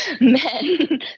men